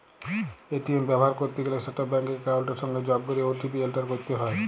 ATM ব্যাভার ক্যরতে গ্যালে সেট ব্যাংক একাউলটের সংগে যগ ক্যরে ও.টি.পি এলটার ক্যরতে হ্যয়